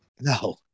No